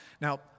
Now